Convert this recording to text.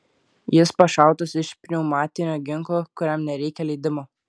jis pašautas iš pneumatinio ginklo kuriam nereikia leidimo